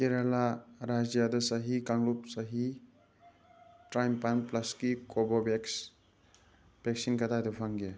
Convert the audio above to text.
ꯀꯦꯔꯂꯥ ꯔꯥꯖ꯭ꯌꯗ ꯆꯍꯤ ꯀꯥꯡꯂꯨꯞ ꯆꯍꯤ ꯇꯔꯥꯅꯤꯄꯥꯟ ꯄ꯭ꯂꯁꯀꯤ ꯀꯣꯕꯣꯚꯦꯛꯁ ꯚꯦꯛꯁꯤꯟ ꯀꯗꯥꯏꯗ ꯐꯪꯒꯦ